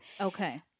Okay